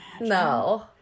No